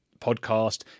podcast